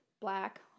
black